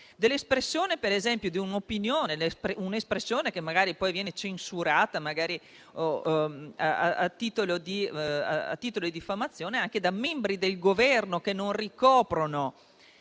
dell'espressione di un'opinione, che magari poi viene censurata a titolo di diffamazione, anche da membri del Governo che non ricoprono